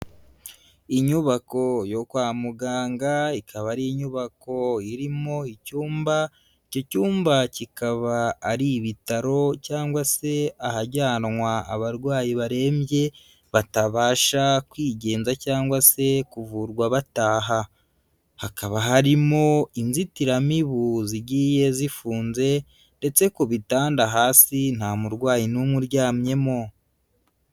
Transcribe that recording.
Inyubako yo kwa muganga, ikaba ari inyubako irimo icyumba, icyo cyumba kikaba ari ibitaro cyangwa se ahajyanwa abarwayi barembye batabasha kwigenza cyangwa se kuvurwa bataha, hakaba harimo inzitiramibu zigiye zifunze ndetse ku bitanda hasi nta murwayi n'umwe uryamyemo.